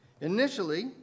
Initially